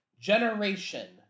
Generation